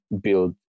build